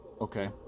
Okay